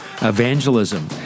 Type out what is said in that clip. Evangelism